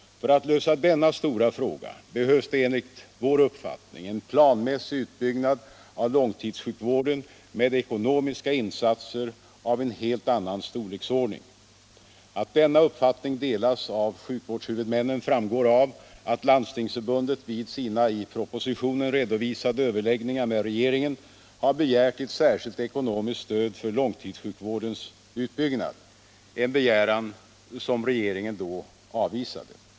För att lösa denna stora fråga behövs det enligt vår uppfattning en planmässig utbyggnad av långtidssjukvården med ekonomiska insatser av en helt annan storleksordning. Att denna uppfattning delas av sjukvårdshuvudmännen framgår av att Landstingsförbundet vid sina i propositionen redovisade överläggningar med regeringen har begärt ett särskilt ekonomiskt stöd för långtidssjukvårdens utbyggnad — en begäran som regeringen då avvisade.